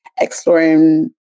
exploring